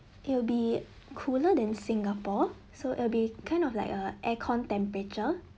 it will be cooler than singapore so it'll be kind of like a air con temperature